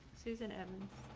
susan m.